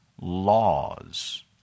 laws